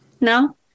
No